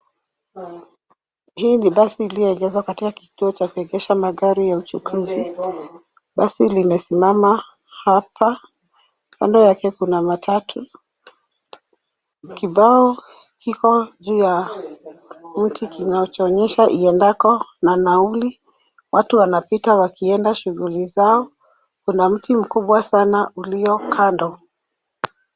Hii ni basi iliyoegeshwa katika kituo cha kuegesha magari ya uchukuzi. Basi limesimama hapa. Kando yake kuna matatu. Kibao kiko juu ya mti kinacho onyesha iendako na nauli. Watu wanapita wakienda shughuli zao. Kuna mti mkubwa sana ulio kando.